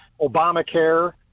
Obamacare